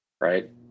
right